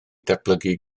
datblygu